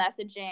messaging